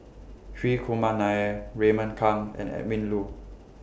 Hri Kumar Nair Raymond Kang and Edwin Koo